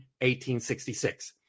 1866